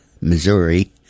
Missouri